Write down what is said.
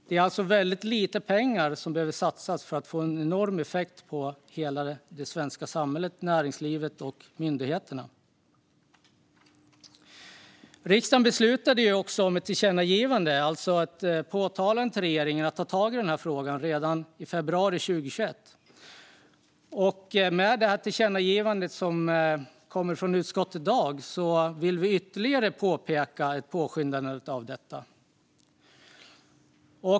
Det är alltså väldigt lite pengar som behöver satsas för att få en enorm effekt för hela det svenska samhället, näringslivet och myndigheterna. Riksdagen beslutade om ett tillkännagivande, alltså ett påpekande till regeringen om att ta tag i frågan, redan i februari 2021. Med det förslag till tillkännagivande som kommer från utskottet i dag vill vi ytterligare peka på påskyndandet av detta.